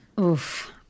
Oof